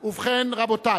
ובכן, רבותי,